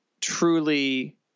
truly